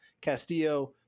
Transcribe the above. Castillo